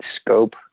scope